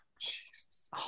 Jesus